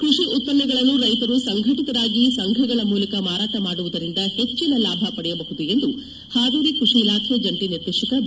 ಕೃಷಿ ಉತ್ಪನ್ನಗಳನ್ನು ರೈತರು ಸಂಘಟಿತರಾಗಿ ಸಂಘಗಳ ಮೂಲಕ ಮಾರಾಟ ಮಾಡುವುದರಿಂದ ಹೆಚ್ಚಿನ ಲಾಭ ಪಡೆಯಬಹುದು ಎಂದು ಹಾವೇರಿ ಕೃಷಿ ಇಲಾಖೆ ಜಂಟಿ ನಿರ್ದೇಶಕ ಬಿ